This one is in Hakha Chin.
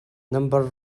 nambar